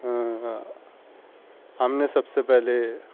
ہم نے سب سے پہلے